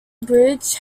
bridge